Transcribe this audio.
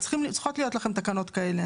צריכות להיות לכם תקנות כאלה.